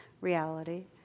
reality